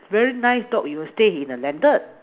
very nice dog you'll stay in a landed